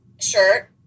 shirt